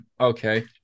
Okay